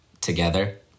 together